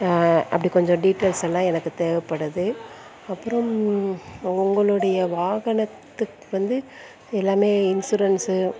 அப்படி கொஞ்சம் டீடைல்ஸ் எல்லாம் எனக்கு தேவைப்படுது அப்புறம் உங்களுடைய வாகனத்துக்கு வந்து எல்லாம் இன்சூரன்ஸு